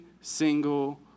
single